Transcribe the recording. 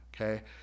Okay